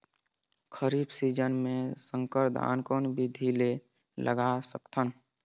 खरीफ season मे संकर धान कोन विधि ले लगा सकथन?